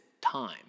time